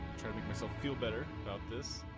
missile feel better about this,